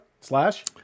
Slash